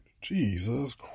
Jesus